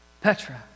Petra